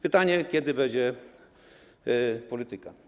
Pytanie: Kiedy będzie polityka?